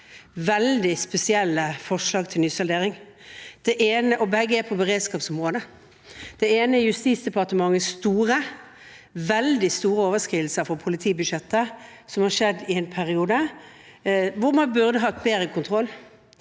veldig spesielle forslag til nysaldering, og begge er på beredskapsområdet. Det ene er Justisdepartementets store – veldig store – overskridelser på politibudsjettet, som har skjedd i en periode hvor man burde hatt bedre kontroll.